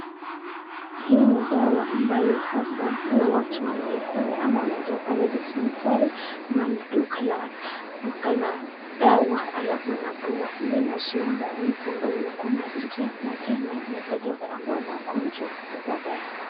Hii ni dawa ambayo hasa huwa watu wanaikula ama wanaendea pale dispensary ama ni duka la dawa halafu unapewa, hili inazuia maumivu ambayo ulikuwa unaskia na tena inasaidia kuondoa magonjwa ya baadaye.